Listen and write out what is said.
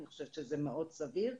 אני חושבת שזה מאוד סביר,